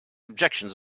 objections